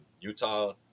Utah